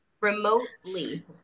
remotely